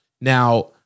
Now